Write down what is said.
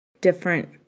different